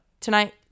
tonight